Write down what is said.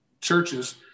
churches